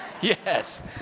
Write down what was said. Yes